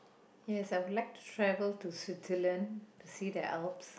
yes I would like to travel to Switzerland to see their Alps